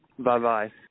Bye-bye